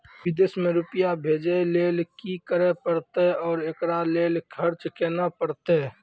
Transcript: विदेश मे रुपिया भेजैय लेल कि करे परतै और एकरा लेल खर्च केना परतै?